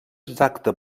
exacte